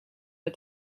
are